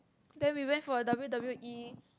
then we went for W_W_E